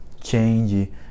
change